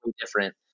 different